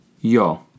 Yo